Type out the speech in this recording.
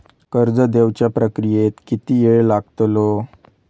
कर्ज देवच्या प्रक्रियेत किती येळ लागतलो?